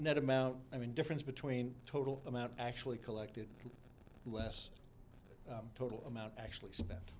net amount i mean difference between the total amount actually collected less total amount actually spent